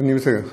אני מסיים,